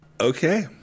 Okay